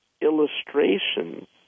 illustrations